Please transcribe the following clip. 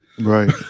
Right